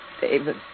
David